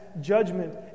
Judgment